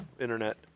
internet